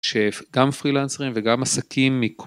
שגם פרילנסרים וגם עסקים מכ...